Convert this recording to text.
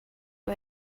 but